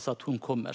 sedan.